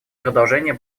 продолжения